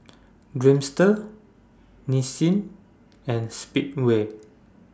Dreamster Nissin and Speedway